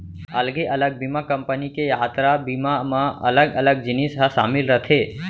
अलगे अलग बीमा कंपनी के यातरा बीमा म अलग अलग जिनिस ह सामिल रथे